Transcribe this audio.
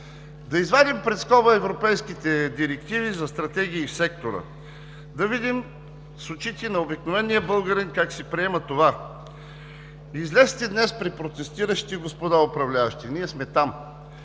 Да извадим пред скоба европейските директиви за стратегии в сектора, да видим с очите на обикновения българин как се приема това. Излезте днес при протестиращите, господа управляващи, ние сме там!